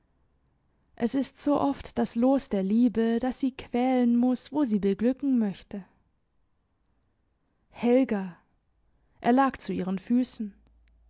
es ist so oft das los der liebe dass sie quälen muss wo sie beglücken möchte helga er lag zu ihren füssen